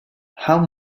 how